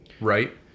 right